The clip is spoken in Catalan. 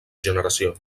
generació